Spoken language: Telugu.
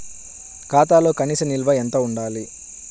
ఖాతాలో కనీస నిల్వ ఎంత ఉండాలి?